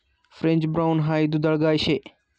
French brown high दुधाळ गाय शे